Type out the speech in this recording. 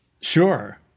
Sure